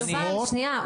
יובל, שנייה.